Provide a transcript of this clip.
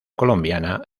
colombiana